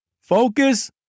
Focus